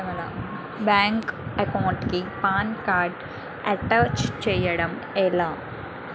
Bank account కి PAN card attach చేయడం ఎలా?